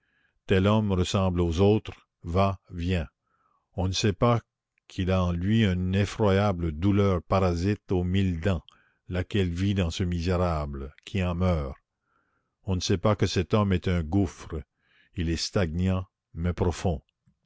tel homme ressemble aux autres va vient on ne sait pas qu'il a en lui une effroyable douleur parasite aux mille dents laquelle vit dans ce misérable qui en meurt on ne sait pas que cet homme est un gouffre il est stagnant mais profond